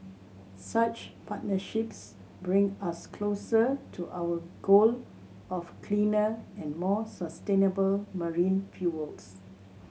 such partnerships bring us closer to our goal of cleaner and more sustainable marine fuels